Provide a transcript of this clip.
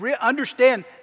understand